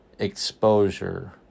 Exposure